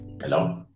hello